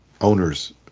owner's